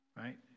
right